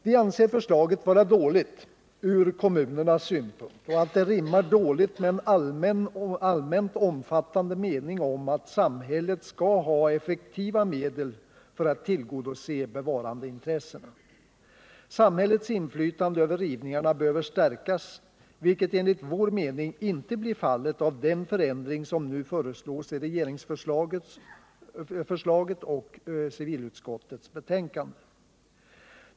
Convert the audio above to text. Vi anser förslaget vara dåligt ur kommunernas synvinkel och att det rimmar dåligt med en allmänt omfattande mening om att samhället skall ha effektiva medel för att tillgodose bevarandeintressena. Samhällets inflytande över rivningarna behöver stärkas, vilket enligt vår mening inte blir fallet genom den förändring som nu föreslås i regeringsförslaget och i civilutskottets betänkande.